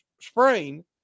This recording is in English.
sprain